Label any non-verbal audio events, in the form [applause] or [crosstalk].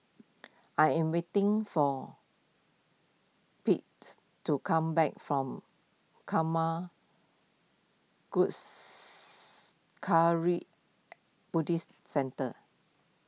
I am waiting for Paityns to come back from Karma [unintelligible] Buddhist Centre